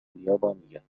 اليابانية